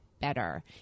better